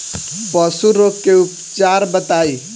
पशु रोग के उपचार बताई?